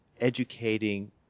educating